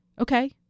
okay